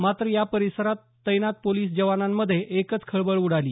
मात्र या परिसरात तैनात पोलिस जवानांमध्ये एकच खळबळ उडाली